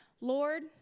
Lord